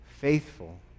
Faithful